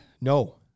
no